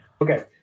Okay